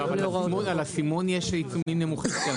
שלא לחסל את עסקיו של אותו עוסק שמטילים עליו.